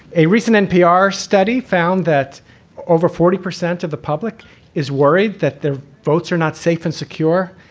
a recent npr study found that over forty percent of the public is worried that their votes are not safe and secure.